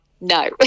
no